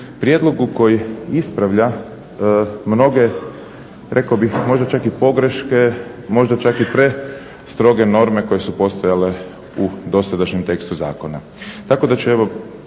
prijedlogu koji ispravlja mnoge rekao bih možda čak i pogreške, možda čak i prestroge norme koje su postojale u dosadašnjem tekstu zakona. Tako da ću evo